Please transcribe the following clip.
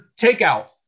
takeout